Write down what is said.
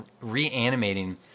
reanimating